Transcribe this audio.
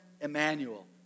Emmanuel